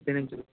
एवं च